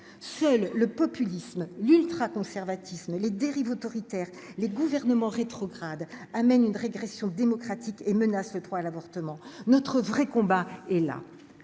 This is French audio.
le le populisme l'ultraconservatisme les dérives autoritaires, les gouvernements rétrograde amène une régression démocratique et menace le droit à l'avortement, notre vrai combat et là